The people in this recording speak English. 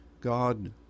God